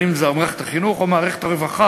אם זו מערכת החינוך או מערכת הרווחה,